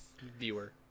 Viewer